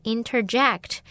Interject